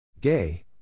Gay